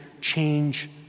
change